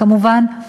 כמובן.